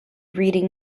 reading